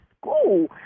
school